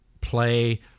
play